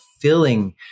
filling